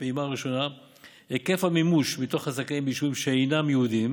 בפעימה הראשונה היקף המימוש מתוך הזכאים ביישובים שאינם יהודיים